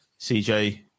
CJ